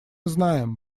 знаем